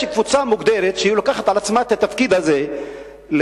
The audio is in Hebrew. יש קבוצה מוגדרת שלוקחת על עצמה את התפקיד הזה להיות